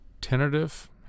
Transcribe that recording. tentative